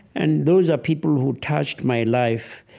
and those are people who touched my life.